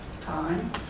time